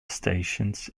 stations